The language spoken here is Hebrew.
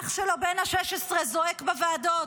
שאח שלו בן 16 זועק בוועדות,